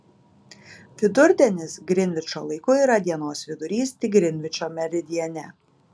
vidurdienis grinvičo laiku yra dienos vidurys tik grinvičo meridiane